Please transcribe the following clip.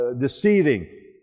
deceiving